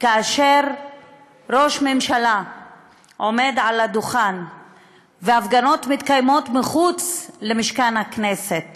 כאשר ראש ממשלה עומד על הדוכן והפגנות מתקיימות מחוץ למשכן הכנסת